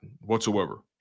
whatsoever